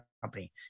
company